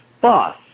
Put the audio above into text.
boss